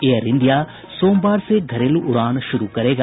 air India सोमवार से घरेलू उड़ान शुरू करेगा